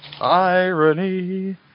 Irony